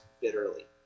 bitterly